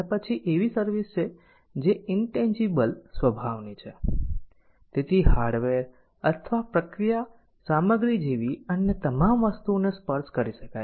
અને પછી એવી સર્વિસ છે જે ઇન્તેન્જીબલ સ્વભાવની છે તેથી હાર્ડવેર અથવા પ્રક્રિયા સામગ્રી જેવી અન્ય તમામ વસ્તુઓને સ્પર્શ કરી શકાય છે